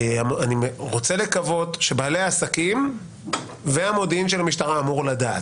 אני רוצה לקוות שבעלי העסקים והמודיעין של המשטרה אמור לדעת.